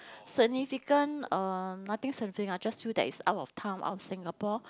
significant uh nothing significant ah I just feel that it's out of town out of Singapore